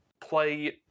play